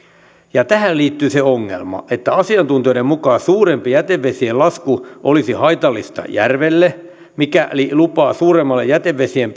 ja tähän liittyy se ongelma että asiantuntijoiden mukaan suurempi jätevesien lasku olisi haitallista järvelle mutta mikäli lupaa suuremmalle jätevesien